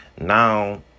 now